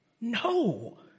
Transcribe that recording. No